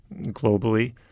globally